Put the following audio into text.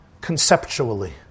conceptually